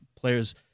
players